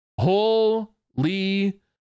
holy